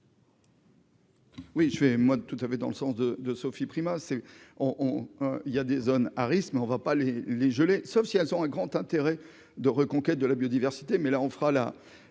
Oui, je fais moi tout à fait dans le sens de de Sophie Primas c'est on, on, il y a des zones à risque, mais on ne va pas les les gelées, sauf si elles ont un grand intérêt de reconquête de la biodiversité,